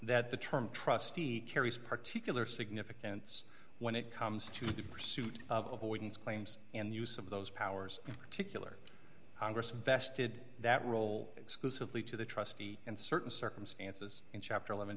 that the term trustee carries particular significance when it comes to the pursuit of weapons claims and use of those powers in particular congress vested that role exclusively to the trustee and certain circumstances in chapter eleven